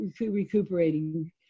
recuperating